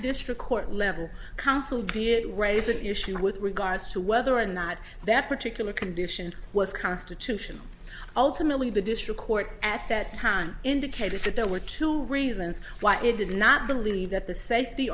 district court level counsel did raise an issue with regards to whether or not that particular condition was constitutional ultimately the district court at that time indicated that there were two reasons why it did not believe that the safety